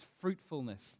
fruitfulness